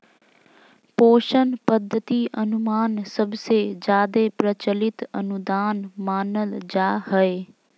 पोषण पद्धति अनुमान सबसे जादे प्रचलित अनुदान मानल जा हय